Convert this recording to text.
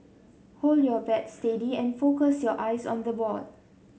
hold your bat steady and focus your eyes on the ball